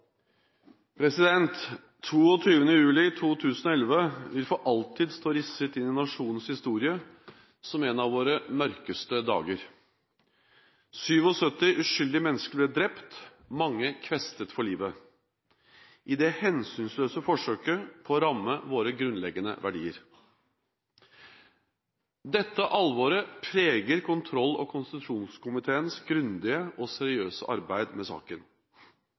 juli 2011 vil for alltid stå risset inn i nasjonens historie som en av våre mørkeste dager. 77 uskyldige mennesker ble drept, mange kvestet for livet, i det hensynsløse forsøket på å ramme våre grunnleggende verdier. Dette alvoret preger kontroll- og konstitusjonskomiteens grundige og seriøse arbeid med saken.